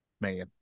Man